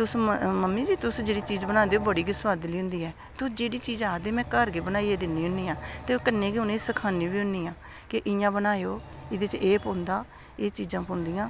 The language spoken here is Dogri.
कि मम्मी जी तुस जेह्ड़ी चीज़ बनांदे ओह् बड़ी गै सोआदली ऐ ते ओह् जेह्ड़ी चीज़ आक्खदे ओह् में घर गै बनाई दिन्नी होनी आं ते कन्नै बी उनेंगी सखान्नी होन्नी आं की इंया बनाओ एह्दे च एह् लखोए दा एह् चीज़ां पौंदियां